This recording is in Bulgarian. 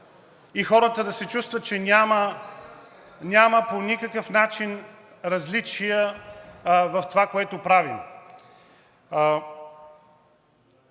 и хората да чувстват, че няма по никакъв начин различия в това, което правим!?